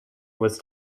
was